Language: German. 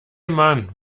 mann